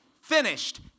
finished